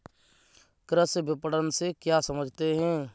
कृषि विपणन से क्या समझते हैं?